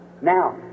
Now